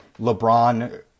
LeBron